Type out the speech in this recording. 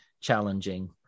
challenging